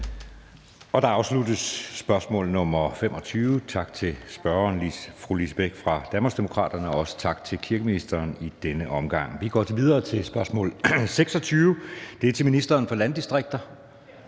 25 er afsluttet. Tak til spørgeren, fru Lise Bech fra Danmarksdemokraterne, og også tak til kirkeministeren i denne omgang. Vi går videre til spørgsmål nr. 26 til ministeren for landdistrikter,